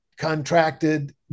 contracted